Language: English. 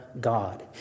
God